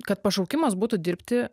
kad pašaukimas būtų dirbti